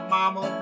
Mama